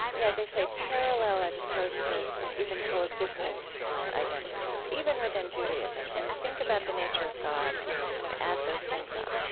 yeah as i say, parallel as opposed to even coexistent identities, even within judaism and think about the nature of god and kind of add those things up